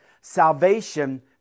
Salvation